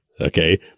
okay